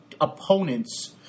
opponents